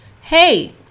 hey